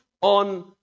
on